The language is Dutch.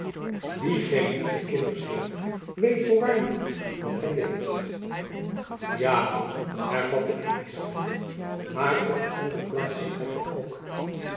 geen lieve kinders heeft weet voorwaer niet dat hy leeft jacob van lennep elizabeth musch ja moei hervatte elizabeth maar op een andere plaats zegt hy toch ook